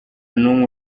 n’umwe